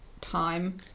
time